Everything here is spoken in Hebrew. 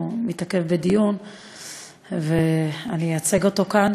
הוא מתעכב בדיון ואני אייצג אותו כאן.